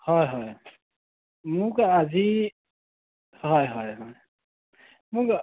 হয় হয় মোক আজি হয় হয় হয় মোক